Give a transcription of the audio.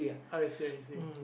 I see I see